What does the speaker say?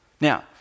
Now